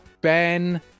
ben